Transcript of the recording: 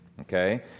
okay